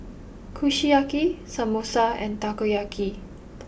Kushiyaki Samosa and Takoyaki